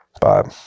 Bye